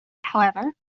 however